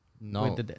No